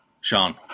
sean